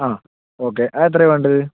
ആ ഓക്കെ അതെത്രയാ വേണ്ടത്